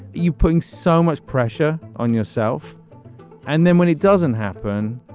you putting so much pressure on yourself and then when it doesn't happen,